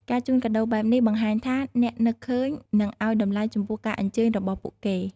ការជូនកាដូរបែបនេះបង្ហាញថាអ្នកនឹកឃើញ និងឲ្យតម្លៃចំពោះការអញ្ជើញរបស់ពួកគេ។